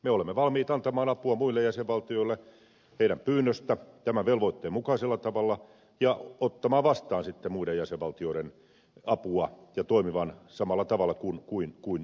me olemme valmiit antamaan apua muille jäsenvaltioille näiden pyynnöstä tämän velvoitteen mukaisella tavalla ja ottamaan vastaan sitten muiden jäsenvaltioiden apua ja ne toimivat samalla tavalla kuin mekin